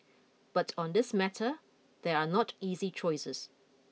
but on this matter there are not easy choices